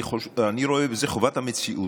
אני רואה בזה חובת המציאות,